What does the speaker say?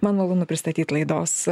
man malonu pristatyt laidos